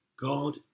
God